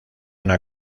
una